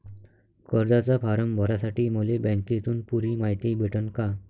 कर्जाचा फारम भरासाठी मले बँकेतून पुरी मायती भेटन का?